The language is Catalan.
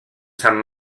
sant